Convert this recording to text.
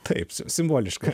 taip simboliška